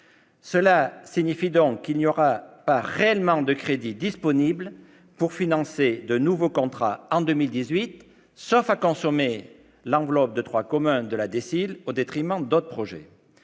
Cela signifie donc qu'il n'y aura pas réellement de crédits disponibles pour financer de nouveaux contrats en 2018, sauf à consommer les crédits de droit commun inscrits sur la DSIL au détriment d'autres projets.